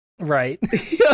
Right